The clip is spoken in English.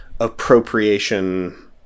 appropriation